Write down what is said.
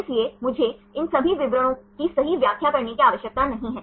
इसलिए मुझे इन सभी विवरणों की सही व्याख्या करने की आवश्यकता नहीं है